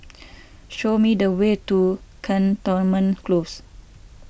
show me the way to Cantonment Close